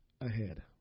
ahead